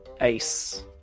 Ace